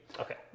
Okay